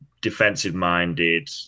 defensive-minded